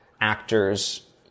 actors